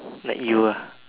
like you ah